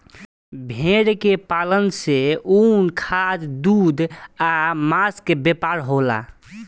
भेड़ के पालन से ऊन, खाद, दूध आ मांस के व्यापार होला